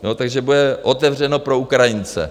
Jo, takže bude otevřeno pro Ukrajince.